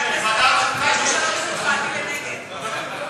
אני מבקשת לשנות את הצבעתי לנגד.